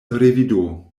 revido